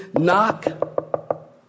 knock